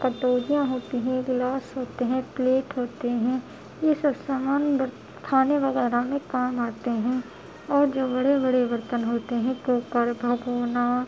اور کٹوریاں ہوتی ہیں گلاس ہوتے ہیں پلیٹ ہوتے ہیں یہ سب سامان کھانے وغیرہ میں کام آتے ہیں اور جو بڑے بڑے برتن ہوتے ہیں کوکر بھگونا